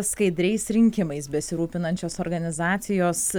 skaidriais rinkimais besirūpinančios organizacijos